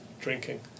drinking